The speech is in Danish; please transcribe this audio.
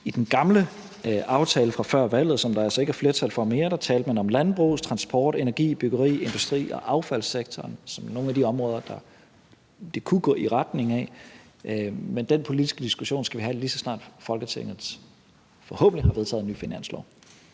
I den gamle aftale fra før valget, som der altså ikke er flertal for mere, talte man om landbrugs-, transport-, energi-, byggeri-, industri- og affaldssektoren som nogle af de områder, det her kunne gå i retning af. Men den politiske diskussion skal vi have, lige så snart Folketinget forhåbentlig har vedtaget en ny finanslov.